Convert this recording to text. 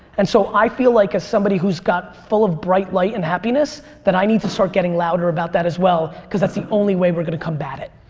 and so i feel like as somebody who's got full of bright light and happiness that i need to start getting louder about that as well cause that the only way were going to combat it.